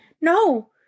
no